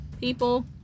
people